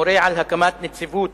המורה על הקמת נציבות